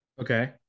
Okay